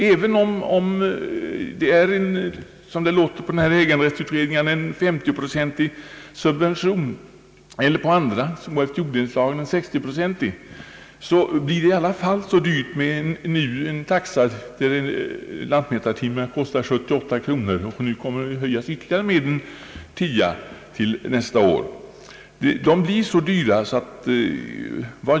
även om subventionen är 50 procent, som när det gäller dessa äganderättsutredningar, eller 60 procent på förrättningar enligt jorddelningslagen, blir det i alla fall för dyrt — enligt taxan kostar en lantmätartimme 78 kronor, och nu kommer taxan att nästa år höjas med ytterligare en tia.